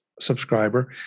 subscriber